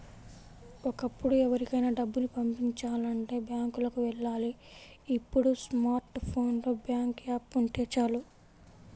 ఒకప్పుడు ఎవరికైనా డబ్బుని పంపిచాలంటే బ్యాంకులకి వెళ్ళాలి ఇప్పుడు స్మార్ట్ ఫోన్ లో బ్యాంకు యాప్ ఉంటే చాలు